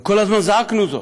וכל הזמן זעקנו זאת,